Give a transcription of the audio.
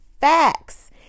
facts